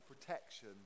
protection